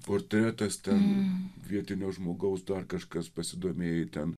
portretas ten vietinio žmogaus dar kažkas pasidomėjo ten